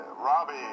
Robbie